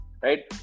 right